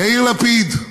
יאיר לפיד,